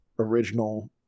original